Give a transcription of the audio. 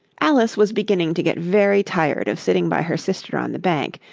alice was beginning to get very tired of sitting by her sister on the bank,